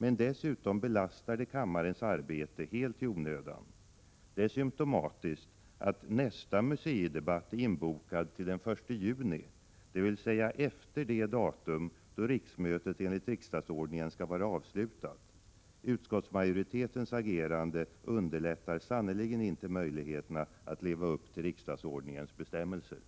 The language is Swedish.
Men dessutom belastar det kammarens arbete helt i onödan. Det är symtomatiskt att nästa museidebatt är inbokad till den 1 juni, dvs. efter det datum då riksmötet enligt riksdagsordningen skall vara avslutat. Utskottsmajoritetens agerande underlättar sannerligen inte möjligheterna att leva upp till riksdagsordningens bestämmelser.